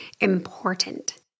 important